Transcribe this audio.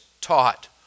taught